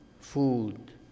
food